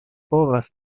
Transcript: povas